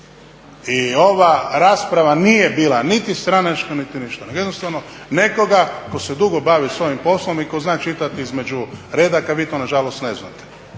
i ova rasprava nije bila niti stranačka niti ništa nego jednostavno nekoga tko se dugo bavi s ovim poslom i tko zna čitati između redaka. Vi to nažalost ne znate